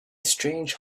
strange